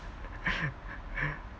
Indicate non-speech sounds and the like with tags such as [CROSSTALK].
[LAUGHS]